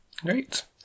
Great